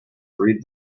freed